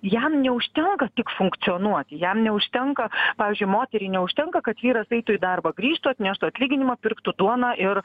jam neužtenka tik funkcionuoti jam neužtenka pavyzdžiui moteriai neužtenka kad vyras eitų į darbą grįžtų atneštų atlyginimą pirktų duoną ir